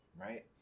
right